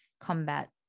combat